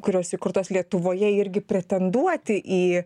kurios įkurtos lietuvoje irgi pretenduoti į